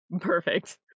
perfect